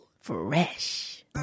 Fresh